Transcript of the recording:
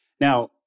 Now